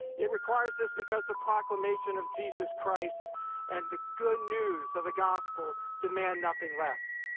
it requires this because the proclamation of jesus christ and the good news of the gospel demand nothing less.